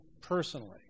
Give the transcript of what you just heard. personally